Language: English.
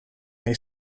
may